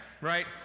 right